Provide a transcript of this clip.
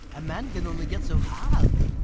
a man can only get so hard.